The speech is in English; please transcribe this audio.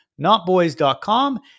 notboys.com